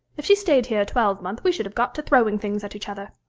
if she stayed here a twelvemonth, we should have got to throwing things at each other